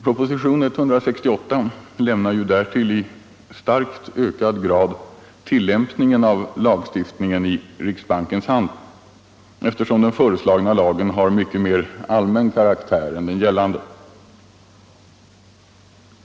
Propositionen 168 lämnar därtill i starkt ökad grad tilllämpningen av lagstiftningen i riksbankens hand eftersom den föreslagna lagen har mycket mer allmän karaktär än den gällande.